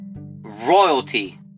royalty